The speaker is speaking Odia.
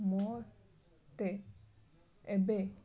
ମୋତେ ଏବେ